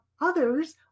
others